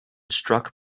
struck